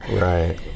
Right